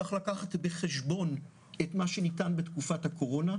צריך לקחת בחשבון את מה שניתן בתקופת הקורונה,